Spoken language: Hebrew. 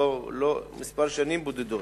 שנים בודדות.